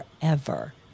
forever